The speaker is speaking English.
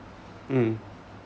mm